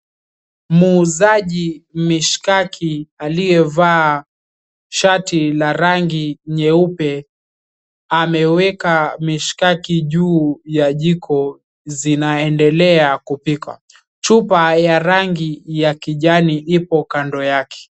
Muuzaji mishkaki aliyevaa shati nyeupe, ameweka mishkaki juu ya jiko zinaendelea kupika. Chupa ya rangi ya kijani ipo kando yake.